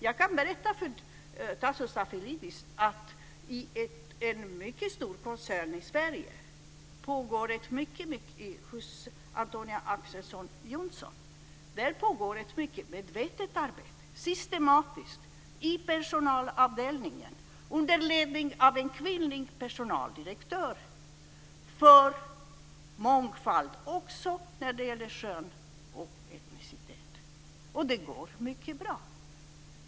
Jag kan berätta för Tasso Stafilidis att det i en mycket stor koncern i Sverige, hos Antonia Ax:son Johnson, pågår ett mycket medvetet och systematiskt arbete på personalavdelningen, under ledning av en kvinnlig personaldirektör, för mångfald också när det gäller kön och etnicitet. Och det går mycket bra.